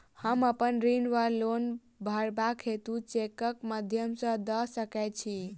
हम अप्पन ऋण वा लोन भरबाक हेतु चेकक माध्यम सँ दऽ सकै छी?